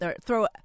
throw